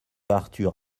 arthur